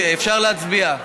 אפשר להצביע.